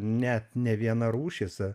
net nevienarūšis